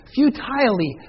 futilely